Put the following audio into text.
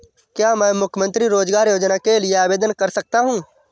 क्या मैं मुख्यमंत्री रोज़गार योजना के लिए आवेदन कर सकता हूँ?